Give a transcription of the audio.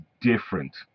different